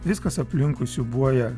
viskas aplinkui siūbuoja